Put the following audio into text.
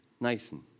Nathan